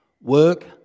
work